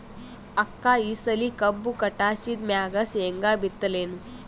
ಅಕ್ಕ ಈ ಸಲಿ ಕಬ್ಬು ಕಟಾಸಿದ್ ಮ್ಯಾಗ, ಶೇಂಗಾ ಬಿತ್ತಲೇನು?